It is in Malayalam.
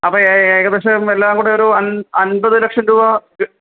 അപ്പം എ ഏകദേശം എല്ലാം കൂടെ ഒരു അൻ അൻപത് ലക്ഷം രൂപ